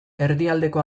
erdialdeko